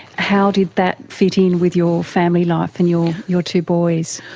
how did that fit in with your family life and your your two boys?